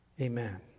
amen